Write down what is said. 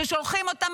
ששולחים אותם,